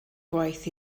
gwaith